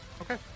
Okay